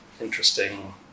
interesting